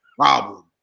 problem